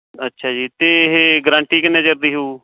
ਅੱਛਾ ਜੀ ਅਤੇ ਇਹ ਗਰੰਟੀ ਕਿੰਨੇ ਚਿਰ ਦੀ ਹੋਊ